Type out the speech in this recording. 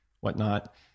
whatnot